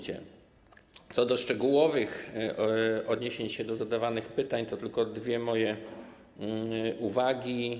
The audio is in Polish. Co do szczegółowych odniesień do zadawanych pytań, to tylko dwie uwagi.